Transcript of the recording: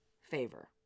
favor